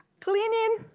Cleaning